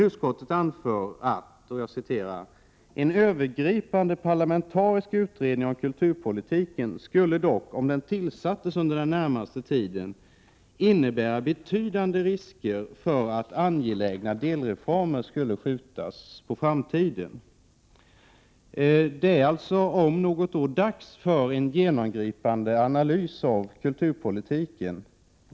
Utskottet anför dock: ”En övergripande parlamentarisk utredning om kulturpolitiken skulle dock, om den tillsattes under den närmaste tiden, innebära betydande risker för att angelägna delreformer skulle skjutas på framtiden.” Det är alltså om något år dags att göra en genomgripande analys av kulturpolitiken.